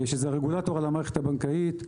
שהוא הרגולטור על המערכת הבנקאית,